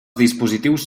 dispositius